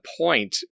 point